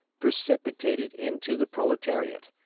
precipitated into the proletariat,